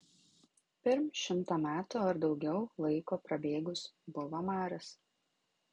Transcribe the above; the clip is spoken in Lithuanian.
pirm šimto metų ar daugiau laiko prabėgus buvo maras